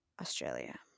Australia